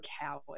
coward